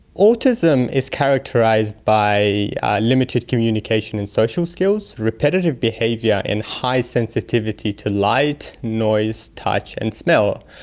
autism is characterised by limited communication and social skills, repetitive behaviour, and high sensitivity to light, noise, touch and smell.